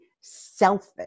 selfish